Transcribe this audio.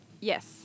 Yes